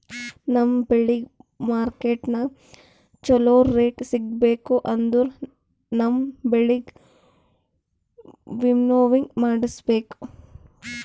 ನಮ್ ಬೆಳಿಗ್ ಮಾರ್ಕೆಟನಾಗ್ ಚೋಲೊ ರೇಟ್ ಸಿಗ್ಬೇಕು ಅಂದುರ್ ನಮ್ ಬೆಳಿಗ್ ವಿಂನೋವಿಂಗ್ ಮಾಡಿಸ್ಬೇಕ್